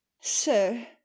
sir